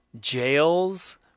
jails